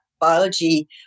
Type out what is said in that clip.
biology